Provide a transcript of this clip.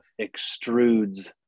extrudes